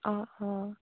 অঁ অঁ